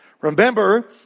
Remember